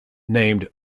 named